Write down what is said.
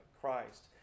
Christ